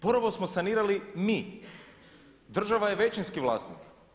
Prvo smo sanirali mi, država je većinski vlasnik.